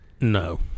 No